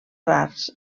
rars